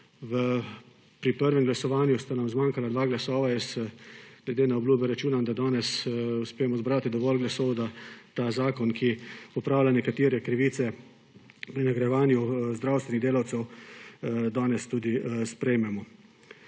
Pri prvem glasovanju sta nam zmanjkala dva glasova. Glede na obljube računam, da danes uspemo zbrati dovolj glasov, da ta zakon, ki popravlja nekatere krivice pri nagrajevanju zdravstvenih delavcev, danes tudi sprejmemo.